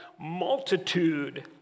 multitude